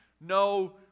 no